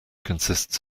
consists